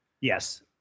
Yes